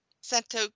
Santo